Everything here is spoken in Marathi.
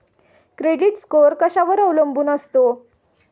क्रेडिट स्कोअर कशावर अवलंबून असतो?